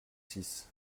six